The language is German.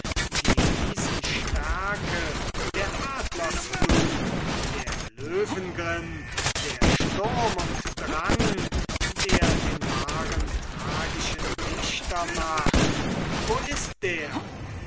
die riesenstärke der adlersflug der löwengrimm der sturm und drang der den wahren tragischen dichter macht wo ist der